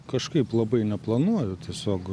kažkaip labai neplanuoju tiesiog